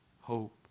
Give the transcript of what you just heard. hope